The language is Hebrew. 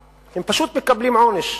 הם פשוט מקבלים עונש.